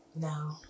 No